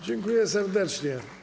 Dziękuję serdecznie.